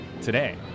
today